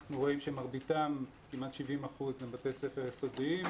אנחנו רואים שמרביתם כ-70%, הם בתי ספר יסודיים.